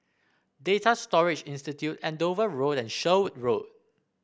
Data Storage Institute Andover Road and Sherwood Road